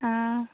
हाँ